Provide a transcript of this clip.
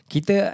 Kita